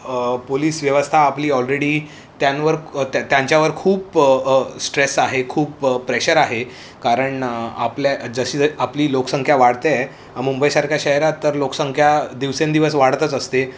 police व्यवस्था आपली already त्यांवर त्या त्यांच्यावर खूप स्ट्रेस आहे खूप प्रेशर आहे कारण आपल्या जशी ज आपली लोकसंख्या वाढते मुंबईसारख्या शहरात तर लोकसंख्या दिवसेंदिवस वाढतच असते